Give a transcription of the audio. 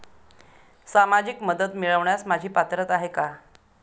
सामाजिक मदत मिळवण्यास माझी पात्रता आहे का?